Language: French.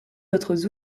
autres